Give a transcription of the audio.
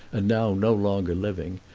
and now no longer living,